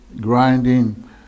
grinding